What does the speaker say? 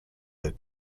their